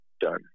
done